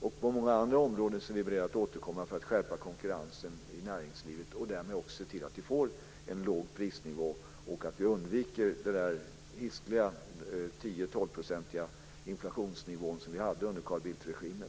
Även på många andra områden är vi beredda att återkomma för att skärpa konkurrensen i näringslivet och därmed se till att vi får en låg prisnivå och undviker den hiskliga 10-12-procentiga inflationsnivå som vi hade under Carl Bildt-regimen.